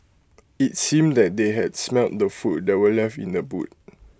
IT seemed that they had smelt the food that were left in the boot